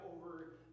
over